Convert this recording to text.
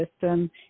system